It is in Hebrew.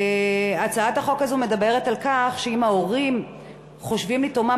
הצעת החוק הזאת מדברת על כך שאם ההורים חושבים לתומם,